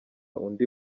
undi